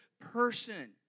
person